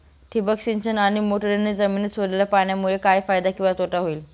ठिबक सिंचन आणि मोटरीने जमिनीत सोडलेल्या पाण्यामुळे काय फायदा किंवा तोटा होईल?